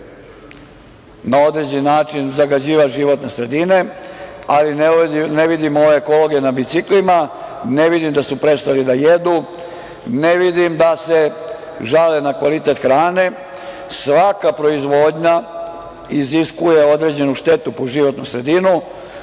na određen način zagađivač životne sredine, ali ne vidim ove ekologe na biciklima, ne vidim da su prestali da jedu, ne vidim da se žale na kvalitet hrane. Svaka proizvodnja iziskuje određenu štetu po životnu sredinu.